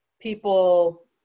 people